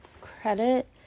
credit